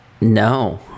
No